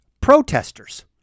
protesters